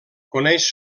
coneix